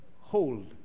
hold